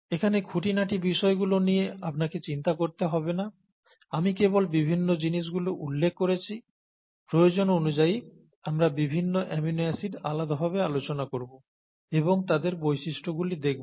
এখানে খুঁটিনাটি বিষয়গুলো নিয়ে আপনাকে চিন্তা করতে হবে না আমি কেবল বিভিন্ন জিনিসগুলি উল্লেখ করেছি প্রয়োজন অনুযায়ী আমরা বিভিন্ন অ্যামিনো অ্যাসিড আলাদা ভাবে আলোচনা করব এবং তাদের বৈশিষ্ট্য গুলি দেখব